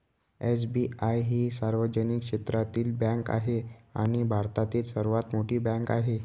SBI ही सार्वजनिक क्षेत्रातील बँक आहे आणि भारतातील सर्वात मोठी बँक आहे